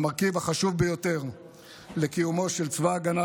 המרכיב החשוב ביותר לקיומו של צבא ההגנה